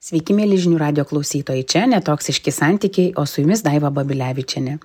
sveiki mieli žinių radijo klausytojai čia netoksiški santykiai o su jumis daiva babilevičienė